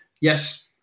Yes